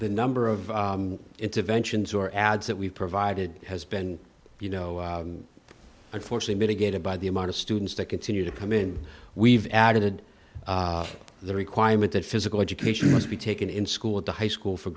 the number of interventions or ads that we've provided has been you know i foresee mitigated by the amount of students that continue to come in we've added the requirement that physical education must be taken in school at the high school for